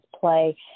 play